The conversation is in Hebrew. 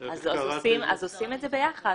אז עושים את זה ביחד.